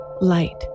Light